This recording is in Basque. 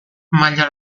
maila